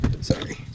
Sorry